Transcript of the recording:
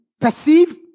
perceive